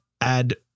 add